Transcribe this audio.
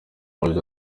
yagize